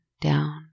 down